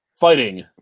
Fighting